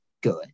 good